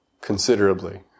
considerably